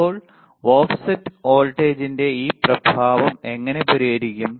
ഇപ്പോൾ ഓഫ്സെറ്റ് വോൾട്ടേജിന്റെ ഈ പ്രഭാവം എങ്ങനെ പരിഹരിക്കും